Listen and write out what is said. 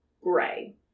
gray